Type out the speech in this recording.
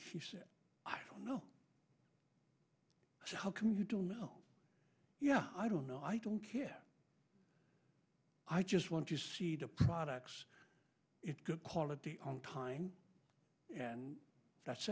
he said i don't know how come you don't know yeah i don't know i don't care i just want to see the products it's good quality on time and that's